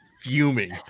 fuming